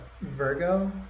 Virgo